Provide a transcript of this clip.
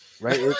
right